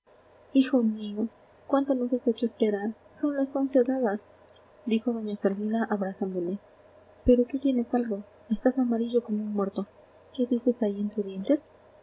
hijo mío cuánto nos has hecho esperar son las once dadas dijo doña fermina abrazándole pero tú tienes algo estás amarillo como un muerto qué dices ahí